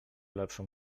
lepszą